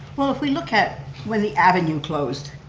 well if we look at where the avenue closed,